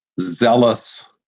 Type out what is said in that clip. zealous